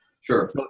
Sure